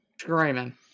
screaming